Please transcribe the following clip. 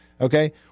Okay